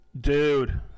Dude